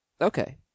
Okay